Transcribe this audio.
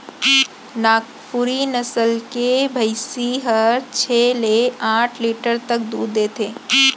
नागपुरी नसल के भईंसी हर छै ले आठ लीटर तक दूद देथे